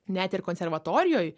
net ir konservatorijoj